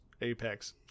Apex